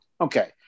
Okay